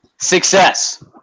Success